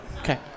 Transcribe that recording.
Okay